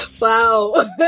Wow